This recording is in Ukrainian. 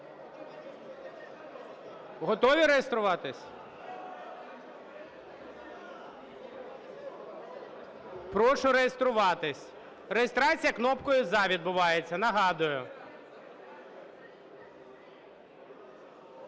Готові реєструватись? Прошу реєструватись. Реєстрація кнопкою "за" відбувається, нагадую.